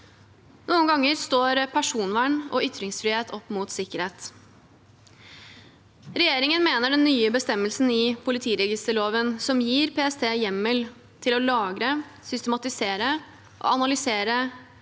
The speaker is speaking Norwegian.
Noen ganger står personvern og ytringsfrihet opp mot sikkerhet. Regjeringen mener den nye bestemmelsen i politiregisterloven som gir PST hjemmel til å lagre, systematisere og analysere